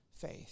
faith